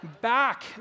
back